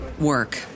work